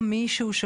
אז